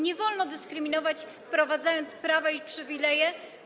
Nie wolno dyskryminować, wprowadzając prawa i przywileje.